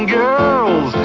girls